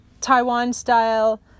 Taiwan-style